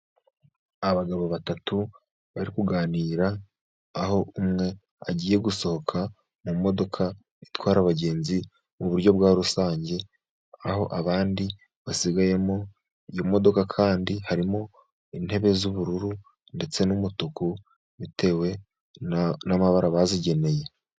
Abagabo batatu bari kuganira, aho umwe agiye gusohoka mu modoka itwara abagenzi mu buryo bwa rusange ,aho abandi basigayemo ,iyo modoka kandi harimo intebe z'ubururu ndetse n'umutuku bitewe n'amabara bazigeneye.